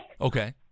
Okay